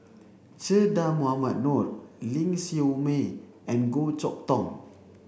Che Dah Mohamed Noor Ling Siew May and Goh Chok Tong